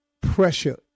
pressure